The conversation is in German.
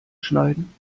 schneiden